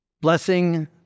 blessing